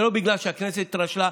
זה לא בגלל שהכנסת התרשלה.